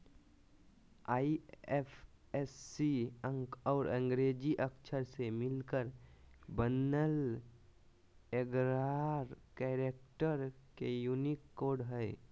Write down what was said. IFSC अंक और अंग्रेजी अक्षर से मिलकर बनल एगारह कैरेक्टर के यूनिक कोड हइ